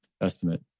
estimate